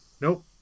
Nope